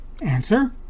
Answer